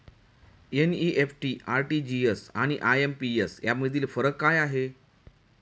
NEFT, RTGS आणि IMPS यामधील फरक काय आहे?